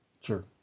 Sure